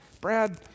Brad